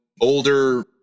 older